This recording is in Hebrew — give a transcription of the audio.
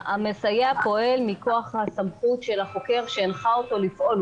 המסייע פועל מכוח הסמכות של החוקר שהנחה אותו לפעול.